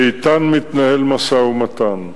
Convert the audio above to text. שאתן מתנהל משא-ומתן.